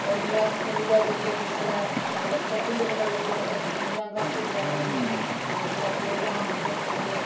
और जि'यां अस स्कूल ते बिच जिसलै छब्बी जनवरी जां पंदरां अगस्त बगैरा एह नेह् जिसलै प्रोग्रााम औंदे न ओह्